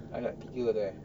anak tiga tu eh